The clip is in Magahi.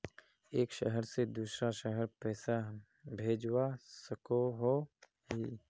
एक शहर से दूसरा शहर पैसा भेजवा सकोहो ही?